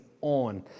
on